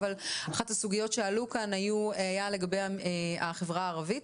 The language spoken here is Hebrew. אבל אחת הסוגיות שעלו כאן הייתה לגבי החברה הערבית,